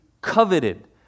coveted